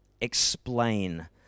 explain